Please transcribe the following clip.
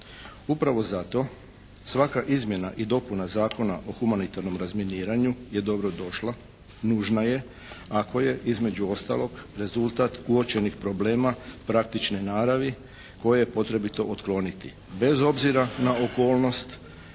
Upravo zato svaka izmjena i dopuna Zakona o humanitarnom razminiranju je dobro došla, nužna je ako je između ostalog rezultat uočenih problema praktične naravi koje je potrebito otkloniti bez obzira na okolnost